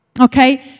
Okay